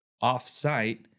off-site